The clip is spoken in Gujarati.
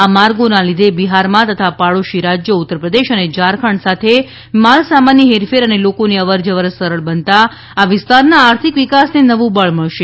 આ માર્ગોના લીધે બિહારમાં તથા પાડોશી રાજયો ઉત્તરપ્રદેશ તથા ઝારખંડ સાથે માલ સામાનની હેરફેર અને લોકોની અવર જવર સરળ બનતા આ વિસ્તારના આર્થિક વિકાસને નવું બળ મળશે